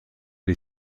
les